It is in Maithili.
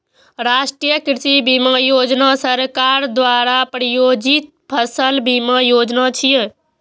राष्ट्रीय कृषि बीमा योजना सरकार द्वारा प्रायोजित फसल बीमा योजना छियै